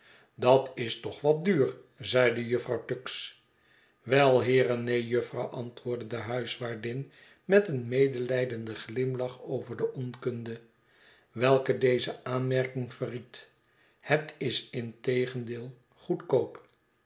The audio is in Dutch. dat is toch wat duur zeide jufvrouw tuggs wel heere neen jufvrouw antwoordde de huiswaardin met een medelijdenden glimlach over de onkunde welke deze aanmerking verried het is integendeel goedkoop